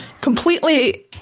completely